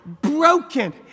broken